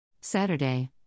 Saturday